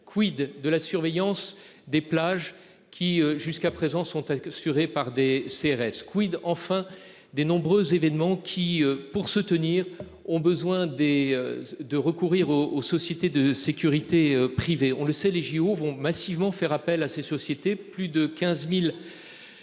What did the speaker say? Quid de la surveillance des plages qui jusqu'à présent sont telles que sur et par des CRS quid enfin des nombreux événements qui, pour se tenir ont besoin des de recourir au aux sociétés de sécurité privées, on le sait les JO vont massivement faire appel à ces sociétés, plus de 15.000.